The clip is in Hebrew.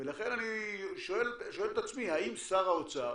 לכן אני שואל את עצמי האם שר האוצר